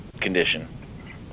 condition